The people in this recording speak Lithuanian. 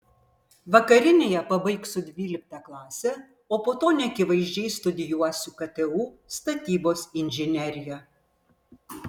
vakarinėje pabaigsiu dvyliktą klasę o po to neakivaizdžiai studijuosiu ktu statybos inžineriją